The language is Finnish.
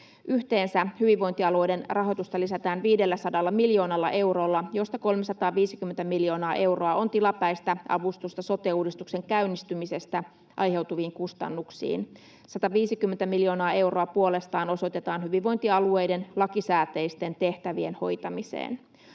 Yhteensä hyvinvointialueiden rahoitusta lisätään 500 miljoonalla eurolla, josta 350 miljoonaa euroa on tilapäistä avustusta sote-uudistuksen käynnistymisestä aiheutuviin kustannuksiin. 150 miljoonaa euroa puolestaan osoitetaan hyvinvointialueiden lakisääteisten tehtävien hoitamiseen.